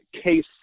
case